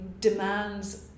demands